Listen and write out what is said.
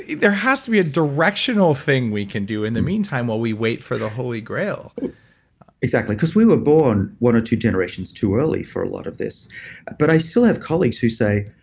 there has to be a directional thing we can do in the meantime while we wait for the holy grail exactly because we were born one or two generations too early for a lot of this but i still have colleagues who say,